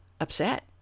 upset